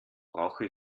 brauche